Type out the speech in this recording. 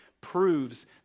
proves